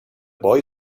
boy